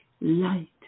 light